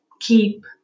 keep